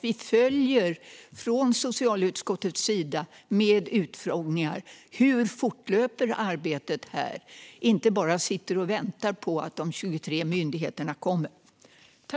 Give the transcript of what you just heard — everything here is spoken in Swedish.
Vi i socialutskottet bör genom utfrågningar följa hur arbetet fortlöper här och inte bara sitta och vänta på de 23 myndigheterna.